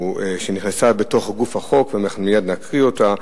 שנכנסה בגוף החוק ואנחנו מייד נקריא אותה.